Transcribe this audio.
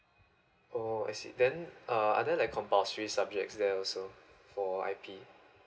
oh I see then uh other like compulsory subjects there also for I_P